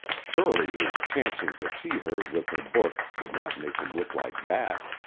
surely his chancing to see her with her book would not make him look like that.